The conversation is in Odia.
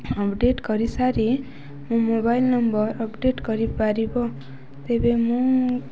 ଅପଡ଼େଟ୍ କରିସାରି ମୋ ମୋବାଇଲ୍ ନମ୍ବର ଅପଡ଼େଟ୍ କରିପାରିବ ତେବେ ମୁଁ